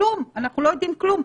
כלום, אנחנו לא יודעים כלום.